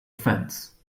fence